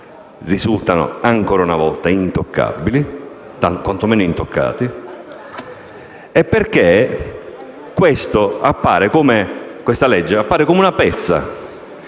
risultano ancora una volta intoccabili (quanto meno intoccati), e perché questo provvedimento appare come una pezza